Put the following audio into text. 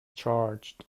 charged